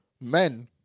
Men